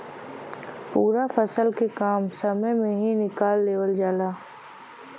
पूरा फसल के कम समय में ही निकाल लेवल जाला